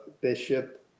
Bishop